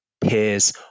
peers